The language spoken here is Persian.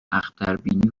اختربینی